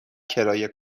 کرایه